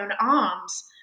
arms